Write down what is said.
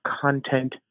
content